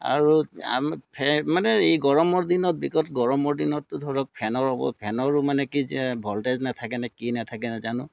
আৰু আমি ফে মানে এই গৰমৰ দিনত বিগত গৰমৰ দিনততো ধৰক ফেনৰ অৱ ফেনৰো মানে কি যে ভল্টেজ নেথাকেনে কি নেথাকে নেজানো